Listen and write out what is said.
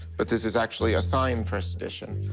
but this is actually a signed first edition.